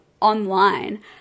online